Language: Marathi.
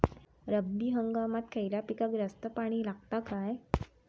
रब्बी हंगामात खयल्या पिकाक जास्त पाणी लागता काय?